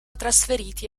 trasferiti